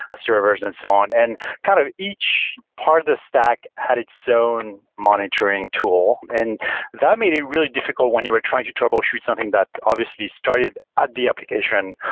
servers and so on, and kind of each part of the stack had its own monitoring tool, and that made it really difficult when you are trying to troubleshoot something that obviously started at the application,